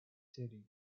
city